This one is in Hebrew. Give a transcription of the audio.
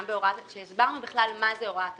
בהוראות כשהסברנו בכלל מה זה הוראת תשלום.